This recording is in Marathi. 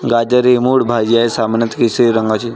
गाजर ही मूळ भाजी आहे, सामान्यत केशरी रंगाची